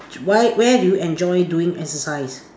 why where do you enjoy doing exercise